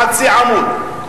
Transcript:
חצי עמוד.